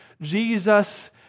Jesus